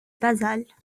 basales